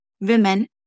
women